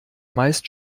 meist